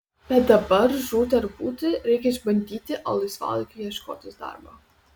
bet dabar žūti ar būti reikia išbandyti o laisvalaikiu ieškotis darbo